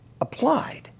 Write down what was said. applied